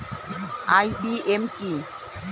IPM কি?